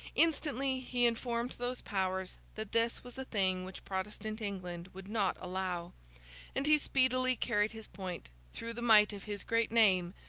instantly, he informed those powers that this was a thing which protestant england would not allow and he speedily carried his point, through the might of his great name,